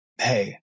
hey